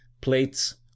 plates